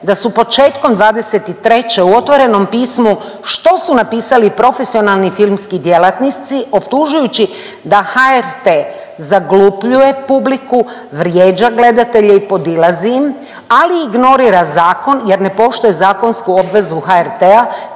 da su početkom '23. u otvorenom pismu što su napisali profesionalni filmski djelatnici optužujući da HRT zaglupljuje publiku, vrijeđa gledatelje i podilazi im, ali ignorira zakon jer ne poštuje zakonsku obvezu HRT-a